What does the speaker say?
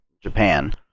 Japan